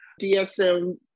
DSM